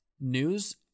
news